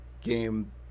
game